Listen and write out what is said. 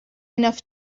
enough